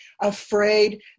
Afraid